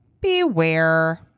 beware